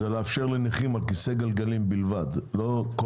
לאפשר לנכים על כיסא גלגלים בלבד לא כל